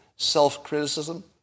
Self-criticism